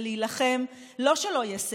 זה לא להילחם שלא יהיה סגר,